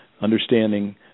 understanding